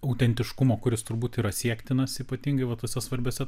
autentiškumo kuris turbūt yra siektinas ypatingai vat tose svarbiuose